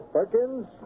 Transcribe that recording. Perkins